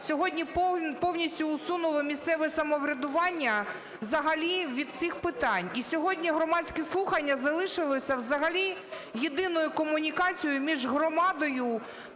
сьогодні повністю усунули місцеве самоврядування взагалі від цих питань. І сьогодні громадські слухання залишилися взагалі єдиною комунікацією між громадою,